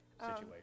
situation